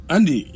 Andy